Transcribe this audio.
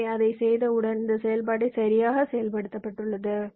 எனவே அதை செய்தவுடன் இந்த செயல்பாட்டை சரியாக செயல்படுத்தப்பட்டுள்ளது